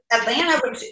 atlanta